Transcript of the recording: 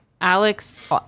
Alex